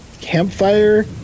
campfire